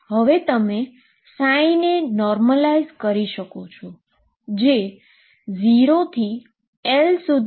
હવે તમે ને નોર્મલાઈઝ કરી શકો છો